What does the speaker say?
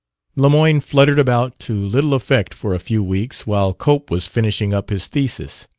lemoyne fluttered about to little effect for a few weeks, while cope was finishing up his thesis.